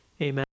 amen